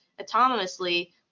autonomously